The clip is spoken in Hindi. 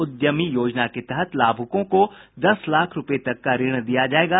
उद्यमी योजना के तहत लाभुकों को दस लाख रूपये तक का ऋण दिया जायेगा